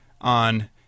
on